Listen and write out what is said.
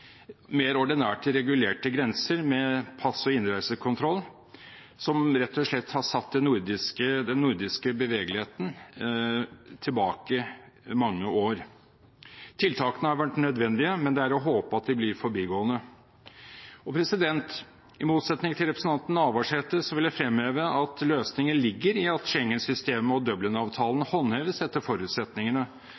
mer ordinært regulerte grenser, med pass- og innreisekontroll, som rett og slett har satt den nordiske bevegeligheten mange år tilbake. Tiltakene har vært nødvendige, men det er å håpe at de blir forbigående. I motsetning til representanten Navarsete vil jeg fremheve at løsningen ligger i at Schengen-systemet og